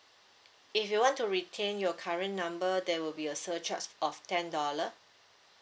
if you want to retain your current number there will be a surcharge of ten dollar